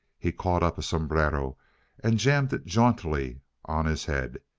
he caught up a sombrero and jammed it jauntily on his head.